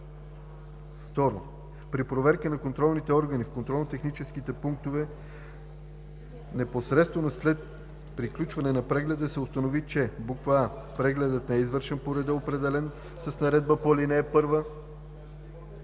2. при проверка на контролните органи в контролно-техническите пунктове непосредствено след приключване на прегледа се установи, че: а) прегледът не е извършен по реда, определен с наредбата по ал. 1;